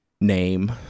name